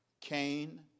Cain